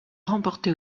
remportée